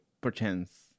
perchance